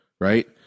right